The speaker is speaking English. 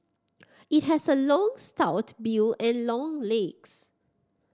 it has a long stout bill and long legs